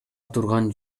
турган